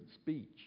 speech